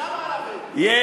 הם